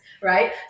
right